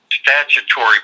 statutory